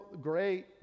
great